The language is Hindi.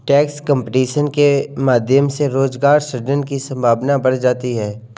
टैक्स कंपटीशन के माध्यम से रोजगार सृजन की संभावना बढ़ जाती है